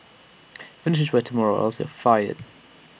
finish this by tomorrow or else you're fired